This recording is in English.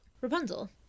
Rapunzel